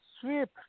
sweep